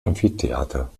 amphitheater